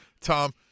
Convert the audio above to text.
Tom